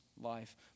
life